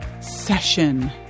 session